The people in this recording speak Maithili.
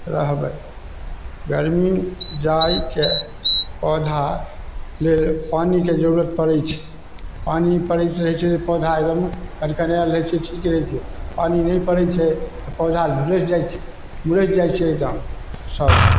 रहबै गरमी जाइके पौधाके लेल पानीके जरूरत पड़ै छै पानी पड़ैत रहै छै पौधा एकदम खनखनाएल रहै छै ठीक रहै छै पानी नहि पड़ै छै तऽ पौधा झुलसि जाइ छै मुरसि जाइ छै एकदम सब